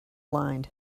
lined